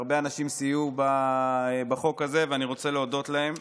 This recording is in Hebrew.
והרבה אנשים סייעו בחוק הזה ואני רוצה להודות להם,